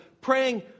praying